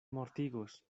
mortigos